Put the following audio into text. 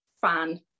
fan